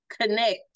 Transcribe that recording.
connect